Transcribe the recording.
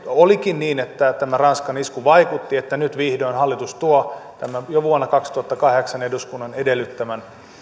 olikin niin että ranskan isku vaikutti että nyt vihdoin hallitus tuo tämän jo vuonna kaksituhattakahdeksan eduskunnan edellyttämän